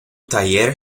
taller